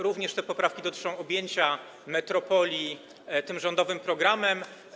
Również te poprawki dotyczą objęcia metropolii rządowym programem.